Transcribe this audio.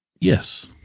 Yes